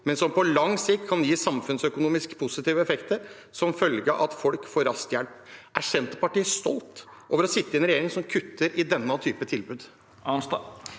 og som på lang sikt kan gi positive samfunnsøkonomiske effekter som følge av at folk får hjelp raskt. Er Senterpartiet stolt over å sitte i en regjering som kutter i denne typen tilbud?